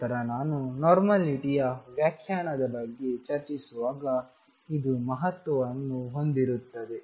ನಂತರ ನಾನು ನೋರ್ಮಲಿಟಿಯ ವ್ಯಾಖ್ಯಾನದ ಬಗ್ಗೆ ಚರ್ಚಿಸುವಾಗ ಇದು ಮಹತ್ವವನ್ನು ಹೊಂದಿರುತ್ತದೆ